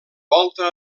volta